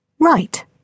Right